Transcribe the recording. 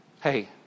Hey